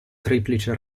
triplice